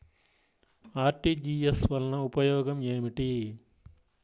RTGS వలన ఉపయోగం ఏమిటీ?